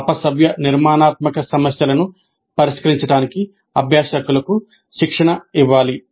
అపసవ్య నిర్మాణాత్మక సమస్యలను పరిష్కరించడానికి అభ్యాసకులకు శిక్షణ ఇవ్వాలి